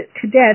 cadets